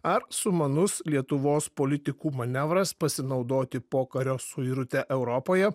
ar sumanus lietuvos politikų manevras pasinaudoti pokario suirute europoje